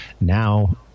now